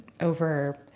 over